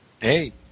Hey